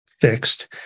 fixed